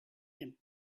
him